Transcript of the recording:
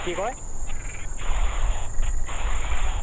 কি কয়